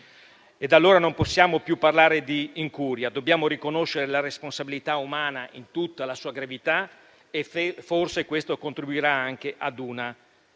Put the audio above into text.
Non possiamo, dunque, più parlare di incuria, dobbiamo riconoscere la responsabilità umana in tutta la sua gravità e forse questo contribuirà anche ad una